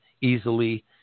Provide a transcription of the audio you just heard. easily